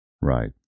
Right